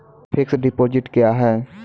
Fixed deposit क्या हैं?